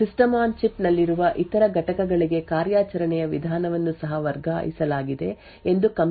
system on chip ನಲ್ಲಿರುವ ಇತರ ಘಟಕಗಳಿಗೆ ಕಾರ್ಯಾಚರಣೆಯ ವಿಧಾನವನ್ನು ಸಹ ವರ್ಗಾಯಿಸಲಾಗಿದೆ ಎಂದು ಕೆಂಪು ರೇಖೆಯು ಸೂಚಿಸುತ್ತದೆ ಎಂದು ನಾವು ಇಲ್ಲಿ ತೋರಿಸುತ್ತೇವೆ